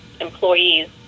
employees